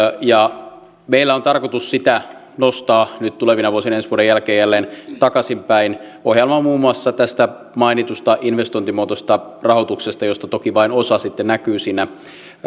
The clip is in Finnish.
ja meillä on tarkoitus sitä nostaa nyt tulevina vuosina ensi vuoden jälkeen jälleen takaisinpäin ohjaamalla muun muassa tästä mainitusta investointimuotoisesta rahoituksesta josta toki vain osa sitten näkyy siinä